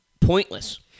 pointless